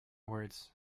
words